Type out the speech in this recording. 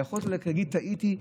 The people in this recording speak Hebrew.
שהיכולת להגיד "טעיתי",